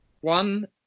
One